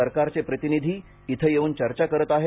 सरकारचे प्रतिनिधी येथे येऊन चर्चा करत आहेत